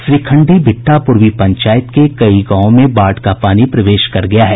श्रीखंडी भिट्ठा पूर्वी पंचायत के कई गांवों में बाढ़ का पानी प्रवेश कर गया हैं